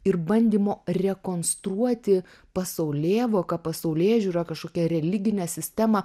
ir bandymo rekonstruoti pasaulėvoką pasaulėžiūrą kažkokią religinę sistemą